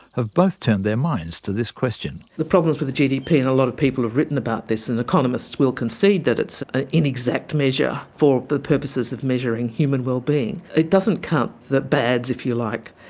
both turned their minds to this question. the problems with the gdp, and a lot of people have written about this and economists will concede that it's an inexact measure for the purposes of measuring human wellbeing, it doesn't count the bads if you like,